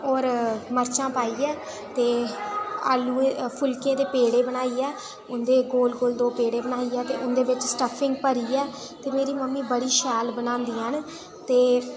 ते होर मर्चां पाइयै ते आलूए फुलके दे पेड़े बनाइयै उ'दे दो गोल गोल पेड़े बनाइयै ते उं'दे बिच सटफिंग भरियै ते मेरी मम्मीं बड़ी शैल बनांदियां ते